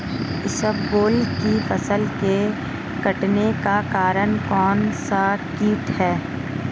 इसबगोल की फसल के कटने का कारण कौनसा कीट है?